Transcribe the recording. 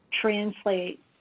translate